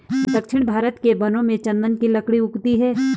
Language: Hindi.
दक्षिण भारत के वनों में चन्दन की लकड़ी उगती है